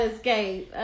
Escape